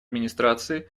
администрации